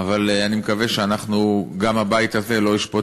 אבל אני מקווה שגם הבית הזה לא ישפוט